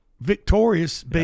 victorious